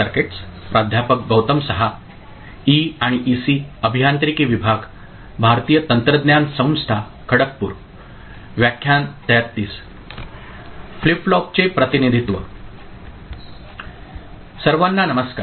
सर्वांना नमस्कार